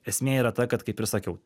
esmė yra ta kad kaip ir sakiau